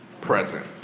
present